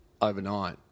overnight